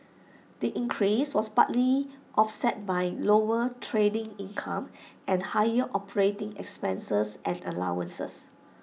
the increase was partly offset by lower trading income and higher operating expenses and allowances